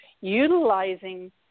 utilizing